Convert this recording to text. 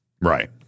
Right